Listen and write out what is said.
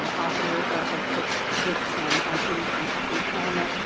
author of books books on on healing from from trauma.